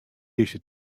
dizze